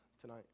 tonight